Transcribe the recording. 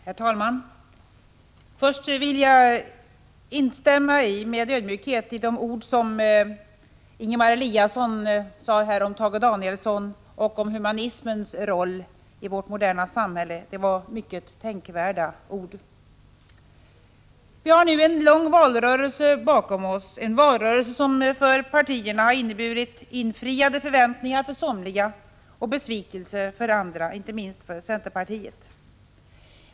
Herr talman! Först vill jag instämma med ödmjukhet i de ord som Ingemar Eliasson sade här om Tage Danielsson och om humanismens roll i vårt moderna samhälle. Det var mycket tänkvärda ord. Vi har nu en lång valrörelse bakom oss — en valrörelse som för partierna har inneburit infriade förväntningar för somliga och besvikelser för andra, inte minst för centerpartiet.